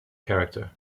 character